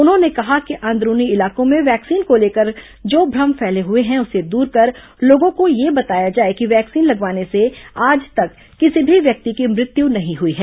उन्होंने कहा कि अंदरूनी इलाकों में वैक्सीन को लेकर जो भ्रम फैले हुए हैं उसे दूर कर लोगों को यह बताया जाए कि वैक्सीन लगवाने से आज तक किसी भी व्यक्ति की मृत्यु नहीं हुई है